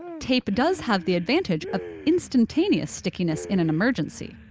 tape does have the advantage of instantaneous stickiness in an emergency.